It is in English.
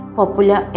popular